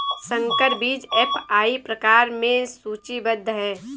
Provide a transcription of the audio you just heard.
संकर बीज एफ.आई प्रकार में सूचीबद्ध है